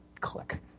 click